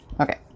Okay